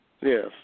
Yes